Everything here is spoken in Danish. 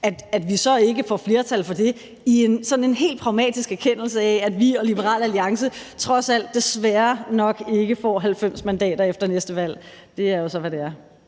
At vi så ikke får flertal for det, er en sådan helt pragmatisk erkendelse af, at vi og Liberal Alliance trods alt desværre nok ikke får 90 mandater efter næste valg. Og det er jo så, hvad det er.